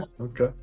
okay